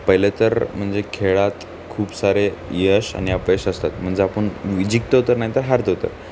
पहिले तर म्हणजे खेळात खूप सारे यश आणि अपयश असतात म्हणजे आपण वि जिंकतो तर नाहीतर हरतो तर